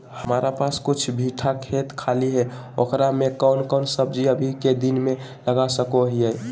हमारा पास कुछ बिठा खेत खाली है ओकरा में कौन कौन सब्जी अभी के दिन में लगा सको हियय?